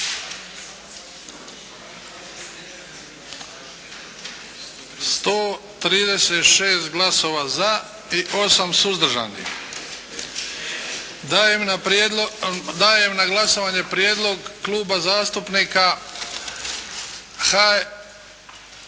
136 glasova za i 8 suzdržanih. Dajem na glasovanje Prijedlog Kluba zastupnika HNS-a.,